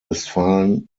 westfalen